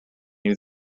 nhw